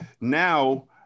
now